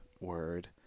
word